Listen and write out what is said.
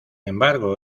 embargo